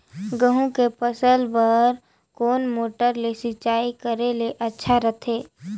गहूं के फसल बार कोन मोटर ले सिंचाई करे ले अच्छा रथे?